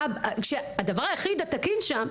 הדבר היחיד התקין שם,